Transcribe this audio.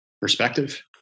perspective